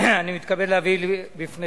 אני מתכבד להביא בפניכם